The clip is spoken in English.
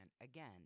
again